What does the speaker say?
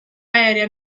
aerea